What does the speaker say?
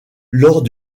lors